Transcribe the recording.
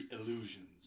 Illusions